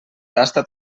tasta